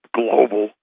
global